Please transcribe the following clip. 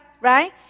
right